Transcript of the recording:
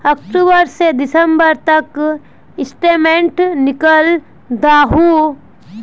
अक्टूबर से दिसंबर तक की स्टेटमेंट निकल दाहू?